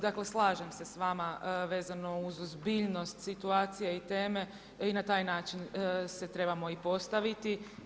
Dakle slažem se s vama vezano uz ozbiljnost situacije i teme i na taj način se trebamo i postaviti.